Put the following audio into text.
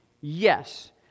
yes